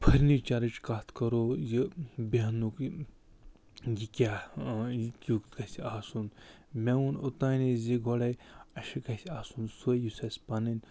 فٔرنِچَرٕچ کَتھ کَرَو یہِ بہنُک یہِ یہِ کیٛاہ یہِ کیُتھ گژھِ آسُن مےٚ وُن اوتٲنی زِ گۄڈٕے اَسہِ گژھِ آسُن سُہ یُس اَسہِ پَنٕںۍ